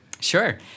Sure